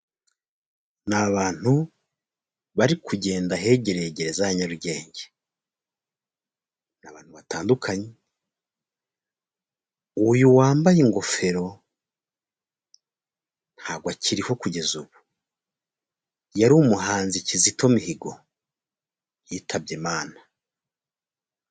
Ni abantu bari kugenda ahegereye gereza ya Nyarugenge, ni abantu batandukanye ,uyu wambaye ingofero ntabwo akiriho kugeza ubu yari umuhanzi Kizito Mihigo yitabye Imana.